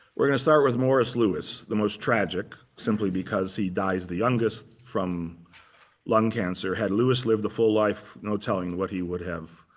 we're going to start with morris louis the most tragic simply because he dies the youngest from lung cancer. had louis lived a full life, no telling what he would have